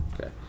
okay